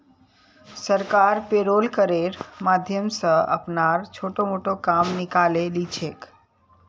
सरकार पेरोल करेर माध्यम स अपनार छोटो मोटो काम निकाले ली छेक